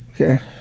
Okay